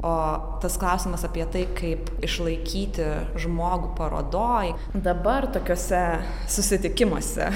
o tas klausimas apie tai kaip išlaikyti žmogų parodoj dabar tokiuose susitikimuose